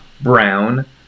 brown